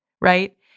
right